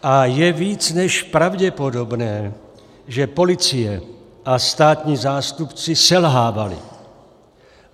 A je více než pravděpodobné, že policie a státní zástupci selhávali.